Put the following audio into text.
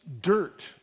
dirt